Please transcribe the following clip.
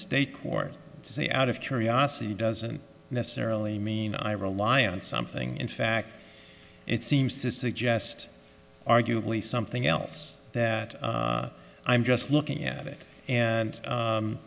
state court to say out of curiosity doesn't necessarily mean i rely on something in fact it seems to suggest arguably something else that i'm just looking at it and